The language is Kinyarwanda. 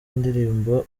ndirimbo